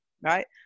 Right